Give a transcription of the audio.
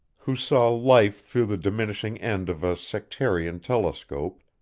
who saw life through the diminishing end of a sectarian telescope,